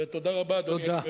תודה רבה, אדוני.